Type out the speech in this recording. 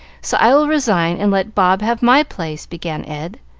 so i will resign and let bob have my place, began ed,